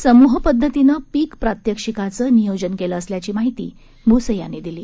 समुह पद्धतीनं पिक प्रात्यक्षिकाचं नियोजन केलं असल्याची माहिती भूसे यांनी दिली